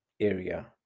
area